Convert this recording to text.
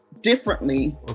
differently